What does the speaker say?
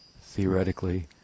theoretically